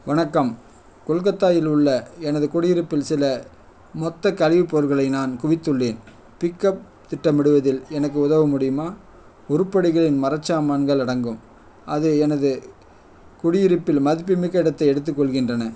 வணக்கம் கொல்கத்தாவில் உள்ள எனது குடியிருப்பில் சில மொத்த கழிவுப் பொருட்களை நான் குவித்துள்ளேன் பிக்அப் திட்டமிடுவதில் எனக்கு உதவ முடியுமா உருப்படிகளில் மரச்சாமான்கள் அடங்கும் அது எனது குடியிருப்பில் மதிப்புமிக்க இடத்தை எடுத்துக்கொள்கின்றன